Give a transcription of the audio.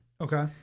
Okay